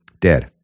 dead